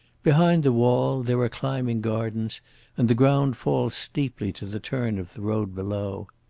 behind the wall there are climbing gardens and the ground falls steeply to the turn of the road below.